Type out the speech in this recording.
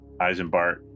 eisenbart